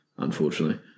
Unfortunately